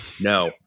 No